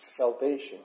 salvation